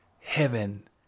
heaven